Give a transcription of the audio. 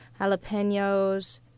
jalapenos